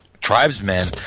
tribesmen